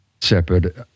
separate